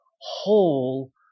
whole